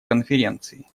конференции